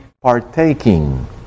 partaking